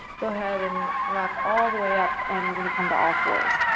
go ahead and rock all the way up and we're going to come to all fours.